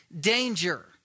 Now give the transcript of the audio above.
danger